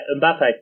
Mbappe